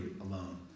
alone